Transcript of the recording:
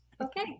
okay